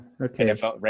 Okay